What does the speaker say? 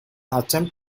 attempt